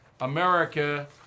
America